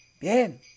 Bien